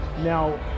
Now